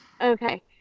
Okay